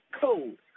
code